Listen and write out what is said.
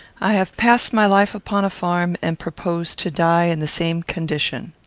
i have passed my life upon a farm, and propose to die in the same condition.